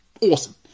awesome